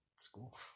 school